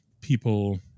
people